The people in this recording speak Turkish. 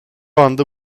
anda